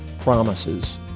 promises